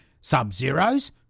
Sub-Zero's